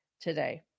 today